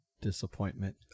disappointment